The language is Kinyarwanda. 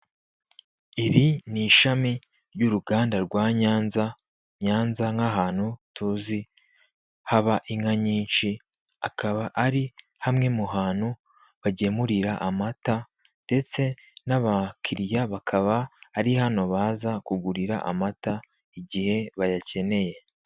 Iri ni ishami ry'uruganda rwa Nyanza, Nyanza nk'ahantu tuzi haba inka nyinshi akaba ari hamwe mu hantu bagemurira amata ndetse n'abakiriya bakaba ari hano baza kugurira amata igihe bayakeneye.